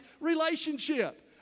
relationship